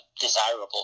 desirable